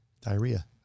Diarrhea